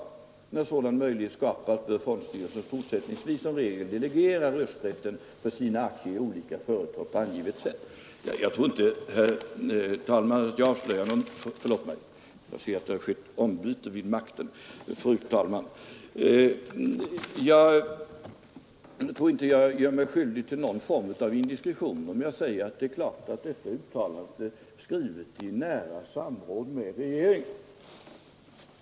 När sådan möjlighet skapas bör fondstyrelsen fortsättningsvis som regel delegera rösträtten för sina aktier i olika företag på angivet sätt.” Herr talman! Jag jag ser att det har skett ett ”ombyte vid makten”; förlåt mig — fru talman! Jag tror inte jag gör mig skyldig till någon form av indiskretion om jag säger att det är klart att detta uttalande är skrivet i nära samråd med regeringen.